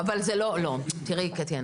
תראי קטי,